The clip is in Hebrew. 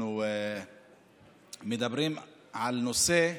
אנחנו מדברים בנושא,